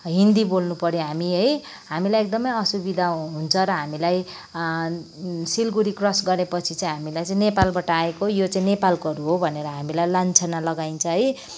हिन्दी बोल्नुपऱ्यो हामी है हामीलाई एकदमै असुविधा हुन्छ र हामीलाई सिलगढी क्रस गरे पछि चाहिँ हामीलाई चाहिँ नेपालबाट आएको यो चाहिँ नेपालकोहरू हो भनेर हामीलाई लाञ्छना लगाइन्छ है